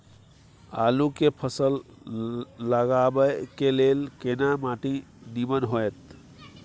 आलू के फसल लगाबय के लेल केना माटी नीमन होयत?